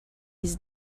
his